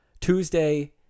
Tuesday